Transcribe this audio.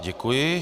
Děkuji.